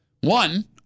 One